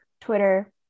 Twitter